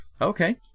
Okay